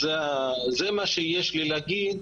זה מה שיש לי להגיד: